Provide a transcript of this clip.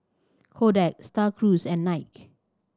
Kodak Star Cruise and Nike